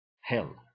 hell